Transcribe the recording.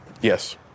Yes